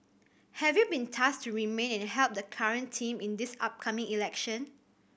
have you been tasked to remain and help the current team in this upcoming election